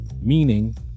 Meaning